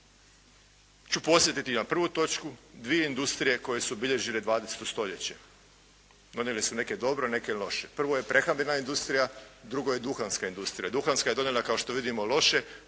ću podsjetiti na prvu točku dvije industrije koje su obilježile 20. stoljeće, donijele su neke dobre, neke loše. Prvo je prehrambena industrija, drugo je duhanska industrija. Duhanska je donijela kao što vidimo loše.